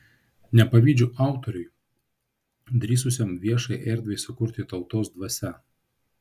nepavydžiu autoriui drįsusiam viešai erdvei sukurti tautos dvasią